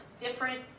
different